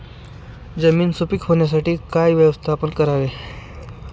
जमीन सुपीक होण्यासाठी काय व्यवस्थापन करावे?